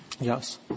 Yes